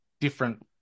different